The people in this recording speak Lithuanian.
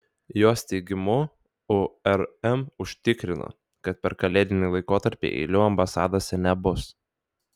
jos teigimu urm užtikrino kad per kalėdinį laikotarpį eilių ambasadose nebus